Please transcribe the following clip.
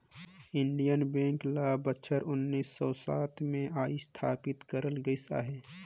Indian bank ल बछर उन्नीस सव सात में असथापित करल गइस अहे